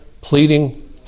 pleading